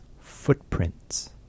footprints